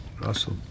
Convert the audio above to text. Russell